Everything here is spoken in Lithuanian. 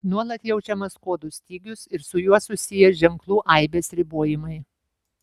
nuolat jaučiamas kodų stygius ir su juo susiję ženklų aibės ribojimai